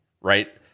right